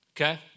Okay